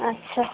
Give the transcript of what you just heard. আচ্ছা